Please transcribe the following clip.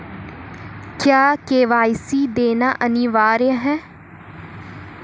क्या के.वाई.सी देना अनिवार्य है?